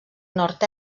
nord